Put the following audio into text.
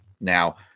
Now